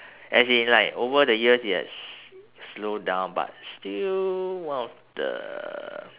as in like over the years it has slowed down but still one of the